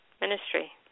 ministry